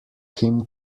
him